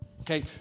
Okay